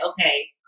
okay